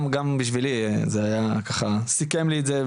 גם בשבילי זה סיכם לי את זה,